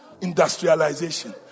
Industrialization